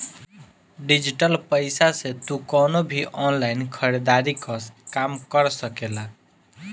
digital पईसा से तू कवनो भी ऑनलाइन खरीदारी कअ काम कर सकेला